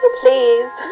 please